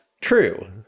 true